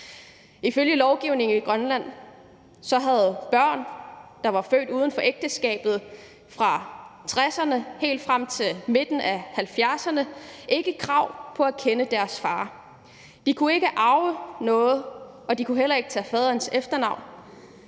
Ifølge lovgivningen i Grønland havde børn, der var født uden for ægteskabet, fra 1960'erne og helt frem til midten af 1970'erne ikke krav på at kende deres far. De kunne ikke arve noget, og de kunne heller ikke tage faderens efternavn.